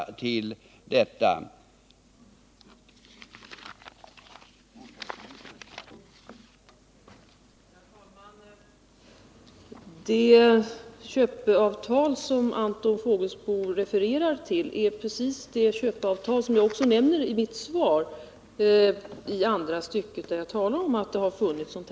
Min uppfattning är att man skall försöka undvika konflikter genom att minimera riskerna för att man stör varandra. Det är också delvis en kommunal uppgift att handlägga den här typen av ärenden.